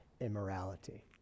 immorality